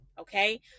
okay